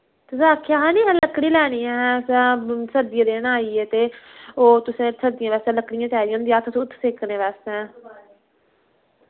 तुसैं आक्खेआं हा नी अहैं लकड़ी लैनी असैं सर्दियें दिन आइये ते ओ तुसें सर्दियें वास्तै लकड़ियां चाहिदियां होंदियां हत्थ हुत्थ सेकने वास्तै